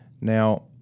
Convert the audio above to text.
Now